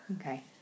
okay